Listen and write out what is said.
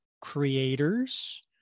creators